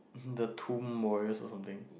the tomb or something